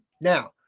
Now